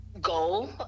goal